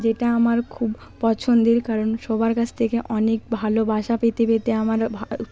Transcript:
যেটা আমার খুব পছন্দের কারণ সবার কাছ থেকে অনেক ভালোবাসা পেতে পেতে আমার ভালো